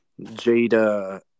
Jada